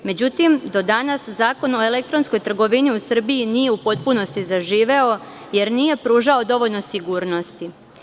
Međutim, do danas Zakon o elektronskoj trgovini u Srbiji nije u potpunosti zaživeo, jer nije pružao dovoljno sigurnosti.